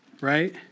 right